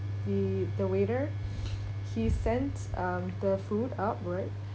the the waiter she sent um the food upward